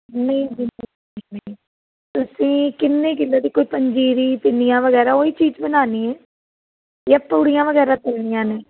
ਨਹੀ ਜੀ ਤੁਸੀਂ ਕਿੰਨੇ ਕਿਲੋ ਦੀ ਕੋਈ ਪੰਜੀਰੀ ਪਿੰਨੀਆਂ ਵਗੈਰਾ ਉਹੀ ਚੀਜ਼ ਬਣਾਉਣੀ ਹੈ ਜਾਂ ਪੂਰੀਆਂ ਵਗੈਰਾ ਤਲਨੀਆਂ ਨੇ